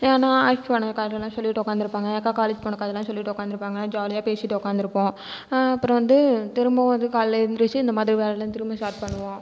ஏன்னா சொல்லிட்டு உட்கார்ந்துருப்பாங்க எங்கள் அக்கா காலேஜ் போன கதைலாம் சொல்லிகிட்டு உட்கார்ந்துருப்பாங்க ஜாலியாக பேசிக்கிட்டு உட்கார்ந்துருப்போம் அப்புறம் வந்து திரும்பவும் வந்து காலையில் எழுந்ருச்சு இந்த மாதிரி வேலைலா திரும்பவும் ஸ்டார்ட் பண்ணுவோம்